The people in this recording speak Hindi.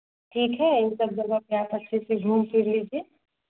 ठीक है यही सब जगह पर आप अच्छे से घूम फिर लीजिए